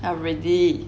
I ready